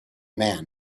man